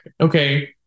okay